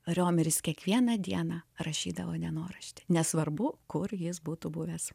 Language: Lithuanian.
riomeris kiekvieną dieną rašydavo dienoraštį nesvarbu kur jis būtų buvęs